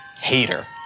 Hater